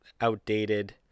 outdated